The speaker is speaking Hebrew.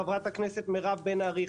חברת הכנסת מירב בן ארי,